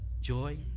joy